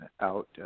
out